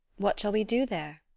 what shall we do there?